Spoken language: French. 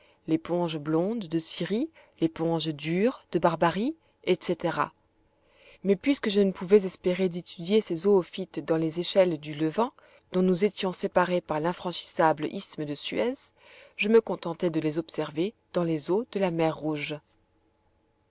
l'éponge blonde de syrie l'éponge dure de barbarie etc mais puisque je ne pouvais espérer d'étudier ces zoophytes dans les échelles du levant dont nous étions séparés par l'infranchissable isthme de suez je me contentai de les observer dans les eaux de la mer rouge